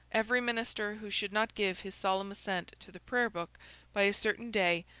every minister who should not give his solemn assent to the prayer-book by a certain day,